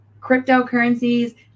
cryptocurrencies